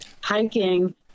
hiking